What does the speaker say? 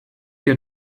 your